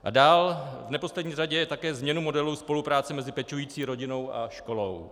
V neposlední řadě také změnu modelu spolupráce mezi pečující rodinou a školou.